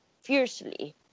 fiercely